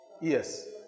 Yes